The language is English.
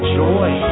joy